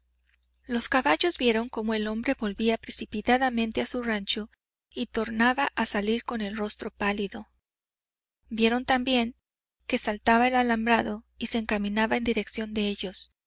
los caballos vieron cómo el hombre volvía precipitadamente a su rancho y tornaba a salir con el rostro pálido vieron también que saltaba el alambrado y se encaminaba en dirección de ellos